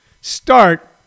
Start